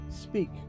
speak